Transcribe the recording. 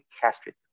castrate